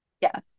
Yes